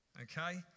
Okay